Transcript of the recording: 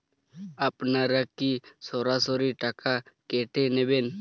আপনারা কি সরাসরি টাকা কেটে নেবেন?